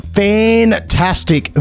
fantastic